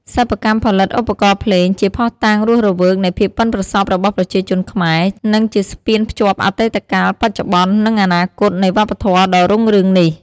សិប្បកម្មផលិតឧបករណ៍ភ្លេង ជាភស្តុតាងរស់រវើកនៃភាពប៉ិនប្រសប់របស់ប្រជាជនខ្មែរ និងជាស្ពានភ្ជាប់អតីតកាល បច្ចុប្បន្ន និងអនាគតនៃវប្បធម៌ដ៏រុងរឿងនេះ។